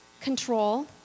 control